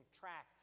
track